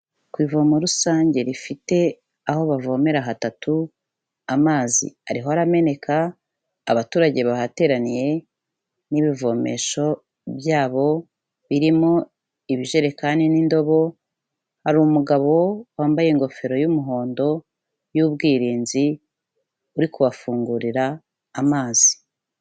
Ku ivomo rusange rifite aho bavomera hatatu, amazi ariho arameneka, abaturage bahateraniye n'ibivomesho byabo birimo ibijerekani n'indobo, hari umugabo wambaye ingofero y'umuhondo y'ubwirinzi, uri kubafungurira amazi.